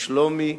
משלומי,